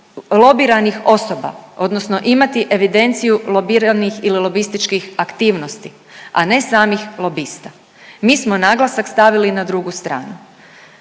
lobiranih osoba, odnosno imati evidenciju lobiranih ili lobističkih aktivnosti, a ne samih lobista. Mi smo naglasak stavili na drugu stranu.